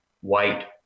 white